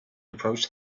approached